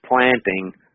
planting